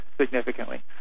significantly